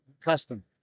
custom